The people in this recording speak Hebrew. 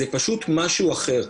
זה פשוט משהו אחר.